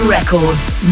Records